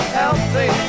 healthy